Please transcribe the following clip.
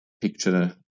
picture